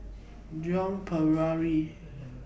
Joan Pereira